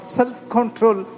self-control